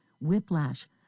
whiplash